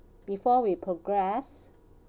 before we progress